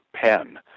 pen